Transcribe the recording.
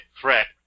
threat